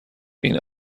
این